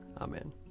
Amen